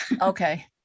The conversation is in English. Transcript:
Okay